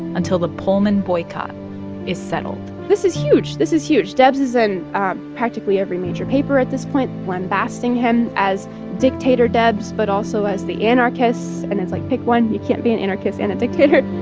until the pullman boycott is settled this is huge. this is huge. debs is in practically every major paper at this point, lambasting him as dictator debs but also as the anarchist. and it's like, pick one you can't be an anarchist and a dictator